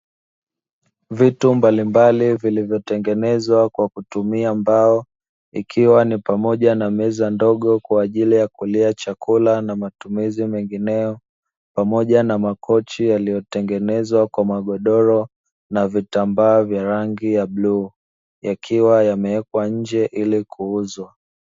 Vitu mbalimbali vilivyotengenezwa kwa kutumia mbao vikiwa ni pamoja na meza ndogo kwa ajili ya kulia chakula na matumizi mengineyo, pamoja na makochi yaliyotengenezwa kwa magodoro na vitambaa vya rangi ya bluu yakiwa yamewekwa nje ili kuuzwa.